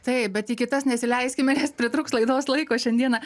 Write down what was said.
taip bet į kitas nesileiskime nes pritrūks laidos laiko šiandieną